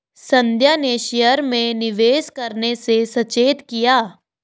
संध्या ने शेयर में निवेश करने से सचेत किया